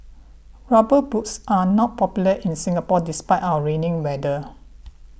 rubber boots are not popular in Singapore despite our rainy weather